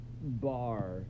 bar